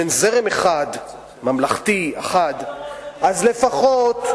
אם אין זרם אחד ממלכתי, אז לפחות,